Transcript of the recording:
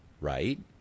right